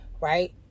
right